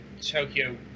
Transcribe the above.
Tokyo